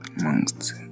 amongst